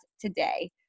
today